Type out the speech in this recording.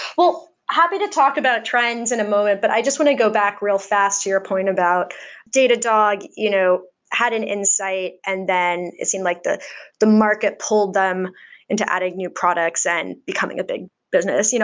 well, happy to talk about trends in a moment. but i just want to go back real fast to your point about datadog you know had an insight and then it seemed like the the market pulled them into adding new products and becoming a big business. you know